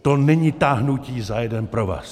To není táhnutí za jeden provaz.